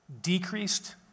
decreased